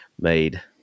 made